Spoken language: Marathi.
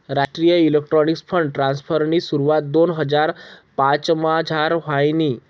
राष्ट्रीय इलेक्ट्रॉनिक्स फंड ट्रान्स्फरनी सुरवात दोन हजार पाचमझार व्हयनी